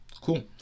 Cool